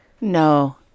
no